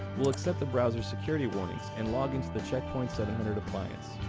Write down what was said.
we'll accept the browser's security warnings and log into the check point seven hundred appliance.